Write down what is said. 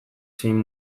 zein